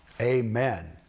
Amen